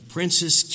Princess